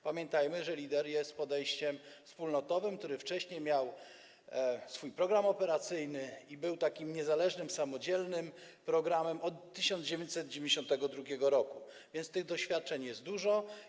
Pamiętajmy, że Leader jest podejściem wspólnotowym, które wcześniej miało swój program operacyjny i było takim niezależnym, samodzielnym programem od 1992 r., a więc tych doświadczeń jest dużo.